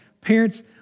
Parents